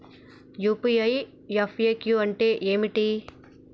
UPI FAQ అంటే ఏమిటి?